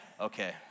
Okay